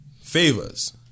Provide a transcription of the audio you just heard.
favors